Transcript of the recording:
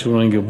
השאירו לנו בור,